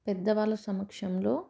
పెద్దవాళ్ళ సమక్షంలో